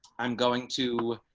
i'm going to,